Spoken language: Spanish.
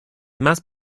más